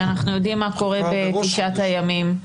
כשאנחנו יודעים מה קורה בתשעת הימים.